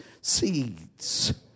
seeds